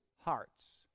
hearts